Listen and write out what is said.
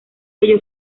ello